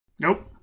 Nope